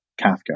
Kafka